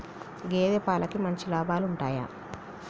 గేదే పాలకి మంచి లాభాలు ఉంటయా?